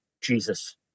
Jesus